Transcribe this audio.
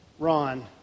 Ron